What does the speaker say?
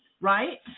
right